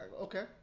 Okay